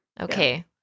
Okay